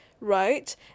right